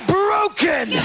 broken